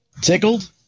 tickled